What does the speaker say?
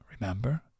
remember